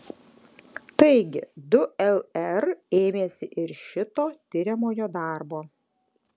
taigi du lr ėmėsi ir šito tiriamojo darbo